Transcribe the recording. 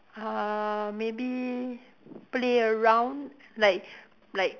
uh maybe play around like like